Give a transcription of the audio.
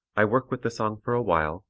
i work with the song for a while,